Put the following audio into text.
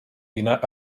dinar